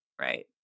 Right